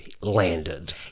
landed